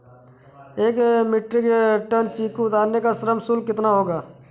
एक metric ton चीकू उतारने का श्रम शुल्क कितना होगा?